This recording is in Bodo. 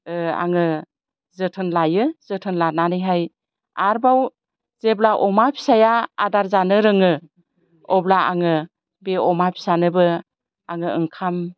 आङो जोथोन लायो जोथोन लानानैहाय आरबाव जेब्ला अमा फिसाया आदार जानो रोङो अब्ला आङो बे अमा फिसानोबो आङो ओंखाम